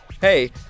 hey